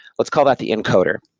let's call that the encoder,